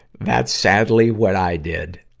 that's sadly what i did.